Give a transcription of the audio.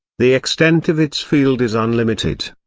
the extent of its field is unlimited.